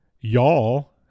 Y'all